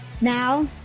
Now